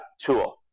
tool